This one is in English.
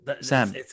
sam